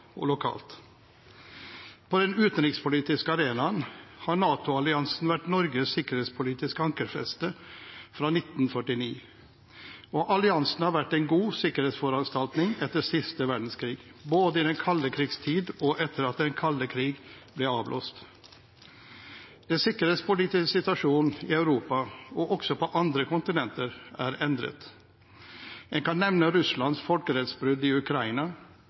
og lokalt. På den utenrikspolitiske arenaen har NATO-alliansen vært Norges sikkerhetspolitiske ankerfeste fra 1949, og alliansen har vært en god sikkerhetsforanstaltning etter siste verdenskrig, både i den kalde krigs tid og etter at den kalde krig ble avblåst. Den sikkerhetspolitiske situasjonen i Europa, og også på andre kontinenter, er endret. En kan nevne Russlands folkerettsbrudd i Ukraina,